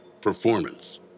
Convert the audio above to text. performance